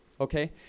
Okay